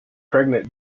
pregnant